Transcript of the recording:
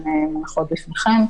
סמכות השימוש בכוח,